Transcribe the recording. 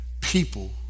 People